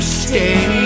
stay